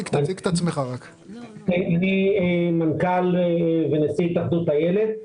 אני מנכ"ל ונשיא התאחדות אילת.